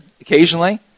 occasionally